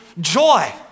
joy